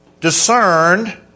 discerned